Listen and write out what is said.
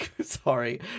sorry